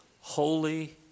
holy